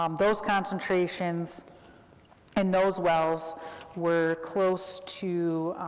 um those concentrations in those wells were close to,